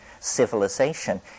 civilization